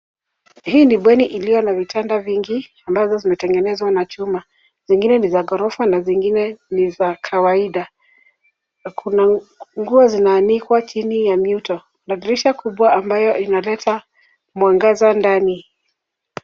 Hii ni bweni iliyo na vitanda vingi ambazo zimetengenezwa na chuma. Zingine ni za ghorofa na zingine ni za kawaida. Kuna nguo zimeanikwa chini ya mito na dirisha kubwa ambayo inaleta mwangaza ndani.